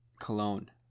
cologne